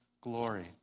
glory